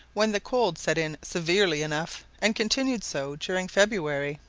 when the cold set in severely enough, and continued so during february.